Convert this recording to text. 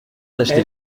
d’acheter